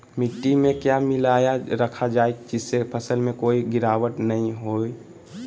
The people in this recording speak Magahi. मिट्टी में क्या मिलाया रखा जाए जिससे फसल में कोई गिरावट नहीं होई?